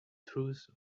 truth